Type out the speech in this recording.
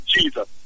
Jesus